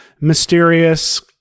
mysterious